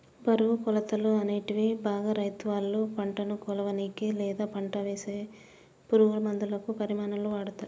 బరువు, కొలతలు, అనేటివి బాగా రైతులువాళ్ళ పంటను కొలవనీకి, లేదా పంటకివేసే పురుగులమందుల పరిమాణాలలో వాడతరు